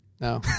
no